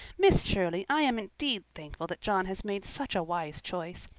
miss shirley. i am indeed thankful that john has made such a wise choice.